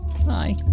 Hi